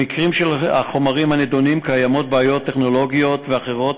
במקרים של החומרים הנדונים יש בעיות טכנולוגיות ואחרות